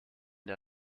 der